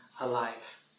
alive